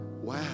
Wow